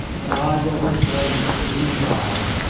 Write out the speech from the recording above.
and i will return to see him die.